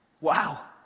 Wow